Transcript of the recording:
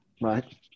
Right